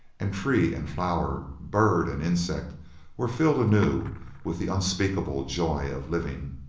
and tree and flower, bird and insect were filled anew with the unspeakable joy of living.